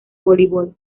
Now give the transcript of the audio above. voleibol